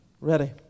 ready